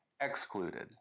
excluded